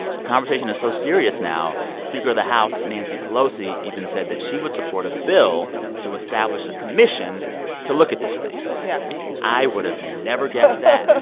the conversation is so serious now speaker of the house nancy pelosi even said that she would support a bill to establish a commission to look at this thing yeah i would have never. guessed yeah